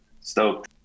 stoked